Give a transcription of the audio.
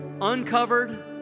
uncovered